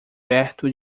perto